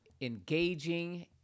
engaging